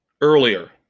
earlier